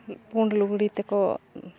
ᱯᱩᱸᱬ ᱞᱩᱜᱽᱲᱤ ᱛᱮᱠᱚ